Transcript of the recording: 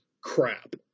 crap